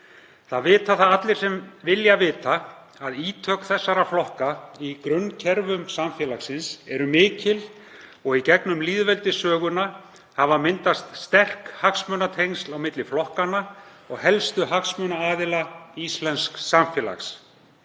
Það vita það allir sem vilja vita að ítök þessara flokka í grunnkerfum samfélagsins eru mikil og í gegnum lýðveldissöguna hafa myndast sterk hagsmunatengsl á milli flokkanna og helstu hagsmunaaðila íslensks samfélags.